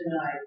tonight